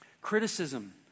Criticism